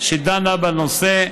שדנה בנושא,